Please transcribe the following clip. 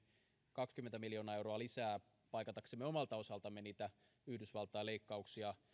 kaksikymmentä miljoonaa euroa lisää paikataksemme omalta osaltamme niitä yhdysvaltain leikkauksia